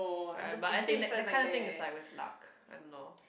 right but I think that that kind of thing is like with luck I don't know